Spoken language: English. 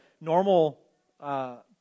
normal